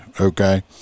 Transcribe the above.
okay